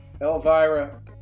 Elvira